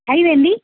ठही वेंदी